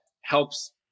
helps